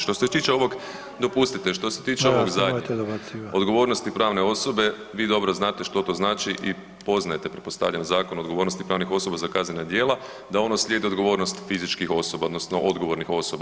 Što se tiče ovog… … [[Upadica sa strane, ne razumije se.]] Dopustite, što se tiče [[Upadica Sanader: Molim vas, nemojte dobacivati.]] ovog zadnjeg, odgovornosti pravne osobe, vi dobro znate što to znači i poznajete pretpostavljam Zakon o odgovornosti pravnih osoba za kaznena djela, da ono slijedi odgovornost fizičkih osoba odnosno odgovornih osoba.